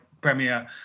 premier